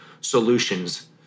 solutions